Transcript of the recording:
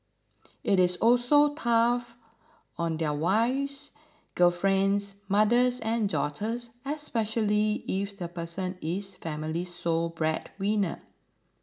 it is also tough on their wives girlfriends mothers and daughters especially if the person is the family's sole breadwinner